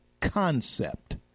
concept